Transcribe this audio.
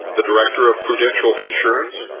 the director of prudential insurance,